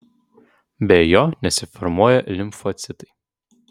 be jo nesiformuoja limfocitai